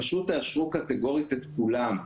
פשוט תאשרו קטגורית את כולם,